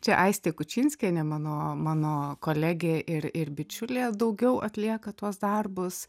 čia aistė kučinskienė mano mano kolegė ir ir bičiulė daugiau atlieka tuos darbus